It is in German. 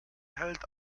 hält